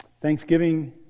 Thanksgiving